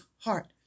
heart